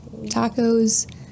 tacos